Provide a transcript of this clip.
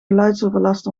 geluidsoverlast